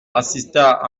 assista